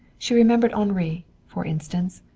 she remembered henri, for instance,